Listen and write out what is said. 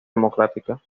democrática